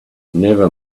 never